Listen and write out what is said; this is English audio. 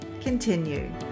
continue